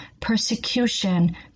persecution